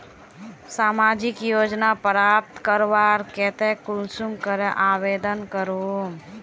सामाजिक योजना प्राप्त करवार केते कुंसम करे आवेदन करूम?